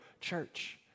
church